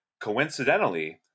Coincidentally